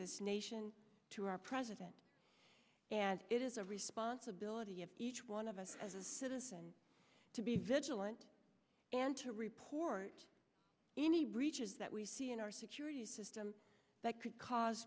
this nation to our president and it is a responsibility of each one of us to be vigilant and to report any breaches that we see in our security system that could cause